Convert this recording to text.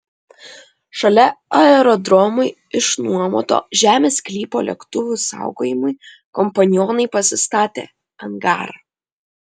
šalia aerodromui išnuomoto žemės sklypo lėktuvų saugojimui kompanionai pasistatė angarą